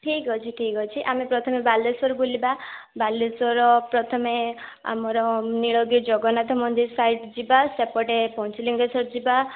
ଠିକଅଛି ଠିକଅଛି ଆମେ ପ୍ରଥମେ ବାଲେଶ୍ଵର ବୁଲିବା ବାଲେଶ୍ୱର ପ୍ରଥମେ ଆମର ନୀଳଗିରି ଜଗନ୍ନାଥ ମନ୍ଦିର ସାଇଡ଼ ଯିବା ସେପଟେ ପଞ୍ଚଲିଙ୍ଗେଶ୍ୱର ଯିବା